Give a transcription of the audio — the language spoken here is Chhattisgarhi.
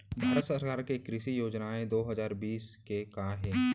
भारत सरकार के कृषि योजनाएं दो हजार बीस के का हे?